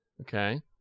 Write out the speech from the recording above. Okay